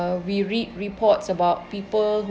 we read reports about people